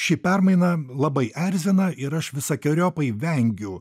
ši permaina labai erzina ir aš visokeriopai vengiu